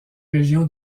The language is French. région